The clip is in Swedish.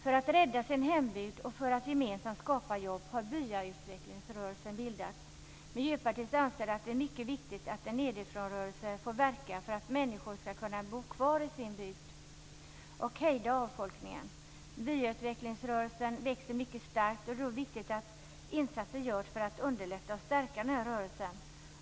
För att rädda sin hembygd och för att gemensamt skapa jobb har byautvecklingsrörelsen bildats. Miljöpartiet anser att det är mycket viktigt att en nedifrånrörelse får verka för att människor skall kunna bo kvar i sin bygd och hejda avfolkningen. Byautvecklingsrörelsen växer mycket starkt. Det är då viktigt att insatser görs för att underlätta och stärka rörelsen.